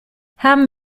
haben